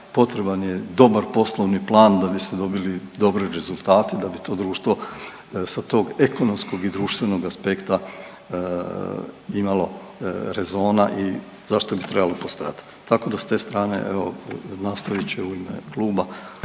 potreban je dobar poslovni plan da biste dobili dobre rezultate da bi to društvo sa tog ekonomskog i društvenog aspekta imalo rezona i zašto bi trebalo postojat. Tako da s te strane evo nastavit će u ime kluba